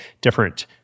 different